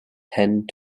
tend